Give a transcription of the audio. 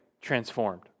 transformed